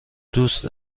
دوست